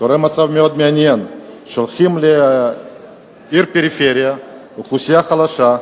קורה מצב מאוד מעניין: שולחים לעיר פריפריה אוכלוסייה חלשה,